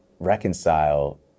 Reconcile